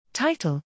Title